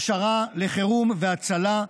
הכשרה לחירום והצלה,